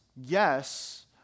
yes